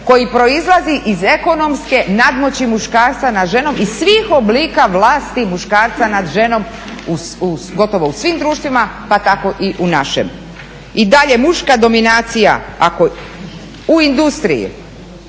koji proizlazi iz ekonomske nadmoći muškarca nad ženom iz svih oblika vlasti muškarca nad ženom, gotovo u svim društvima pa tako i u našem. I dalje muška dominacija u industriji,